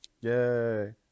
yay